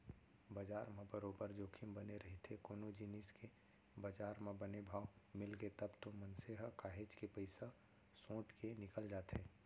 बजार म बरोबर जोखिम बने रहिथे कोनो जिनिस के बजार म बने भाव मिलगे तब तो मनसे ह काहेच के पइसा सोट के निकल जाथे